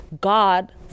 God